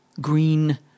green